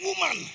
woman